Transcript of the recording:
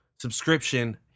subscription